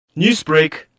Newsbreak